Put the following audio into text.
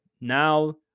now